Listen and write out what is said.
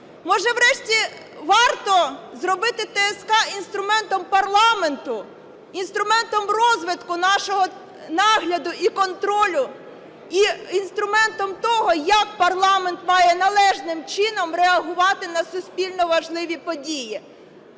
Може, врешті варто зробити ТСК інструментом парламенту, інструментом розвитку нашого нагляду і контролю, і інструментом того, як парламент має належним чином реагувати на суспільно важливі події?